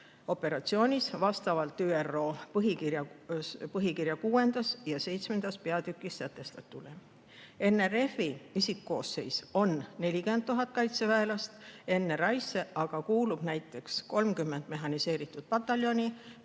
operatsioonis vastavalt ÜRO põhikirja kuuendas ja seitsmendas peatükis sätestatule. NRF-i isikkoosseis on 40 000 kaitseväelast. NRI-sse aga kuulub näiteks 30 mehhaniseeritud pataljoni,